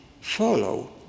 follow